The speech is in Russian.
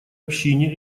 общине